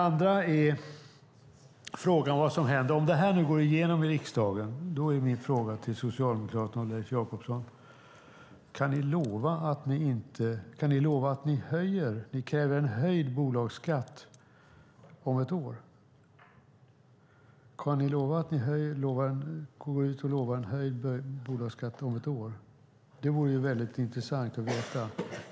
Om förslaget går igenom i riksdagen är min fråga till Socialdemokraterna och Leif Jakobsson: Kan ni lova att ni kräver en höjd bolagsskatt om ett år? Det vore intressant att veta.